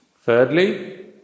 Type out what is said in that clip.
Thirdly